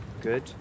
Good